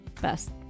best